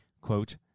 Quote